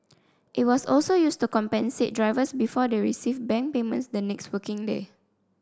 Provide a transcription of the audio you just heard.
it was also used to compensate drivers before they received bank payments the next working day